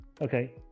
Okay